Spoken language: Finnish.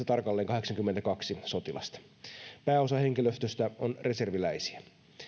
tarkalleen kahdeksankymmentäkaksi sotilasta pääosa henkilöstöstä on reserviläisiä